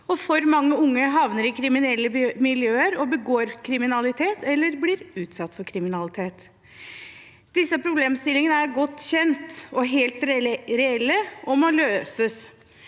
for mange unge havner i kriminelle miljøer og begår kriminalitet eller blir utsatt for kriminalitet. Disse problemstillingene er godt kjent og helt reelle, og de må løses.